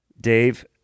Dave